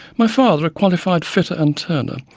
my father, a qualified fitter and turner,